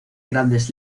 grandes